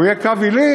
והוא יהיה קו עילי,